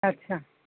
अच्छा